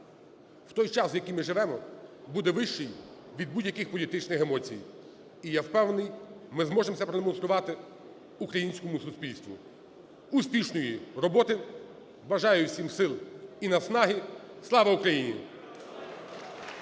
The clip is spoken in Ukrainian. в той час, який ми живемо, буде вищий від будь-яких політичних емоцій. І я впевнений, ми зможемо це продемонструвати українському суспільству. Успішної роботи, бажаю всім сил і наснаги. Слава Україні!